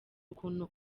ukuntu